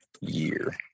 year